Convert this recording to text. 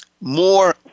more